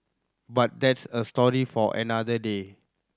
but that's a story for another day